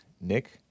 Nick